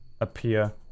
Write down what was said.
appear